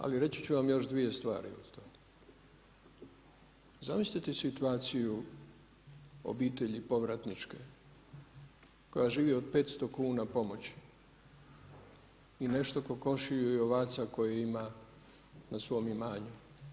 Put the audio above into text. Ali, reći ću vam još 2 stvari o tome, zamislite situaciju, obitelji, povratničke, koja živi od 500 kn pomoći i nešto … i ovaca koje ima na svom imanju.